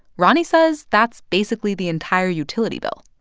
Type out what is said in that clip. roni says that's basically the entire utility bill.